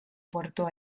puerto